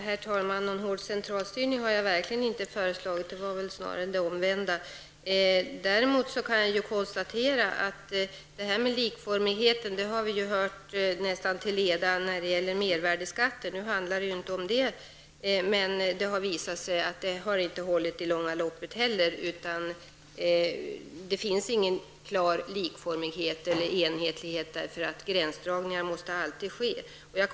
Herr talman! Någon hård centralstyrning har jag verkligen inte föreslagit utan snarare det omvända. Jag kan däremot konstatera att vi nästan till leda har hört om detta med likformigheten när det gäller mervärdeskatten. Nu handlar det här inte om detta. Men det har visat sig att inte heller det har hållit i långa loppet. Det finns ingen klar likformighet eller enhetlighet, eftersom gränsdragningar alltid måste ske.